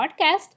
podcast